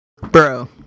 Bro